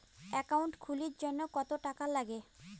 Account খুলির জন্যে কত টাকা নাগে?